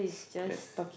yes